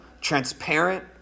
transparent